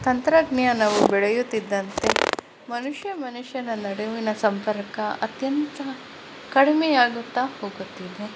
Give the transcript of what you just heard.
ತಂತ್ರಜ್ಞಾನವು ಬೆಳೆಯುತ್ತಿದ್ದಂತೆ ಮನುಷ್ಯ ಮನುಷ್ಯನ ನಡುವಿನ ಸಂಪರ್ಕ ಅತ್ಯಂತ ಕಡಿಮೆಯಾಗುತ್ತ ಹೋಗುತ್ತಿದೆ